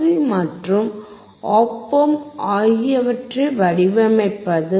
C மற்றும் op amp ஆகியவற்றை வடிவமைப்பது